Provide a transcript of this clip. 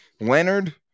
Leonard